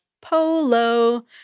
polo